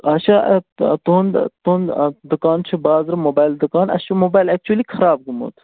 اچھا آ تُہنٛد تُہنٛد آ دُکان چھُ بازرٕ موبایِل دُکان اَسہِ چھُ موبایَل ایٚکچوٗلی خراب گوٚمُت